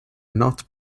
not